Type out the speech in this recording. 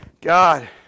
God